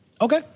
Okay